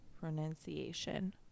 Pronunciation